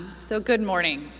so, good morning.